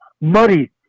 muddy